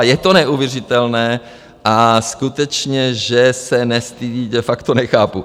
Je to neuvěřitelné a skutečně, že se nestydí, de facto nechápu.